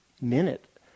minute